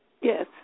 Yes